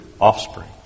offspring